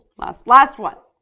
last last one.